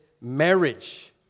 marriage